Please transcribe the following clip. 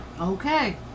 Okay